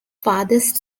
farthest